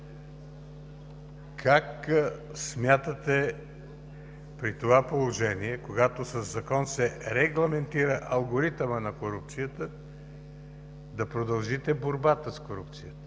Как смятате при това положение, когато със закон се регламентира алгоритъмът на корупцията, да продължите борбата с корупцията,